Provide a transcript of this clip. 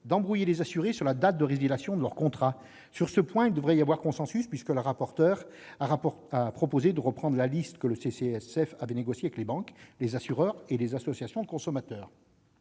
embrouillés, à l'avenir, sur la date de résiliation de leur contrat. Ce point devrait faire consensus, Mme le rapporteur ayant proposé de reprendre la liste que le CCSF avait négociée avec les banques, les assureurs et les associations de consommateurs.